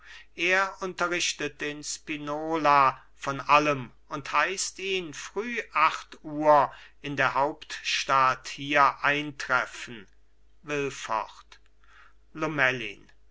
er unterrichtet den spinola von allem und heißt ihn früh acht uhr in der hauptstadt hier eintreffen will fort lomellin